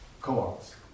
co-ops